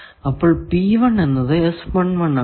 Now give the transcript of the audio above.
അപ്പോൾ എന്നത് ആണ്